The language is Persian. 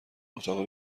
اتاق